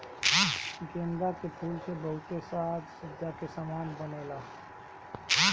गेंदा के फूल से बहुते साज सज्जा के समान बनेला